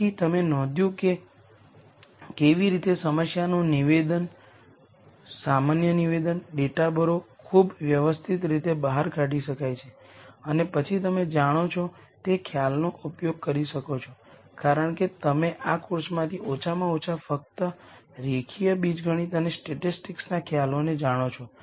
તેથી તમે નોંધ્યું છે કે કેવી રીતે સમસ્યાનું સામાન્ય નિવેદન ડેટા ભરો ખૂબ વ્યવસ્થિત રીતે બહાર કાઢી શકાય છે અને પછી તમે જાણો છો તે ખ્યાલોનો ઉપયોગ કરી શકો છો કારણ કે તમે આ કોર્સમાંથી ઓછામાં ઓછા ફક્ત રેખીય બીજગણિત અને સ્ટેટિસ્ટિક્સના ખ્યાલોને જાણો છો